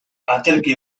aterki